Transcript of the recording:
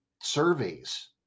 surveys